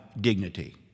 dignity